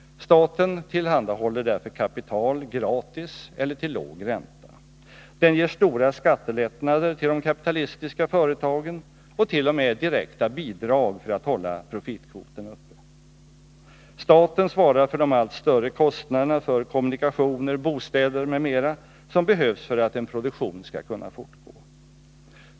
Staten tillhandahåller därför kapital gratis eller till låg ränta. Den ger stora skattelättnader till de kapitalistiska företagen och t.o.m. direkta bidrag för att hålla profitkvoten uppe. Staten svarar för de allt större kostnaderna för kommunikationer, bostäder m.m. som behövs för att en produktion skall kunna fortgå.